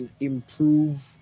improve